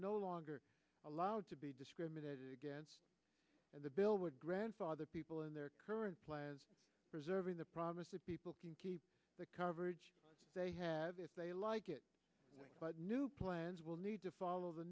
no longer allowed to be discriminated against and the bill would grandfather people in their current plan as preserving the promise that people can keep the coverage they have if they like it but new plans will need to follow the